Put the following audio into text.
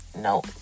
No